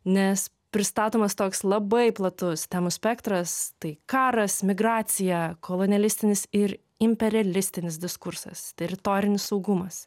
nes pristatomas toks labai platus temų spektras tai karas migracija kolonialistinis ir imperialistinis diskursas teritorinis saugumas